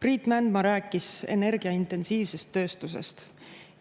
Priit Mändmaa rääkis energiaintensiivsest tööstusest,